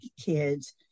kids